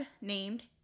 named